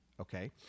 okay